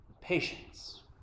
patience